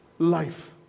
life